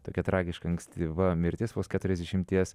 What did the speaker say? tokia tragiška ankstyva mirtis vos keturiasdešimties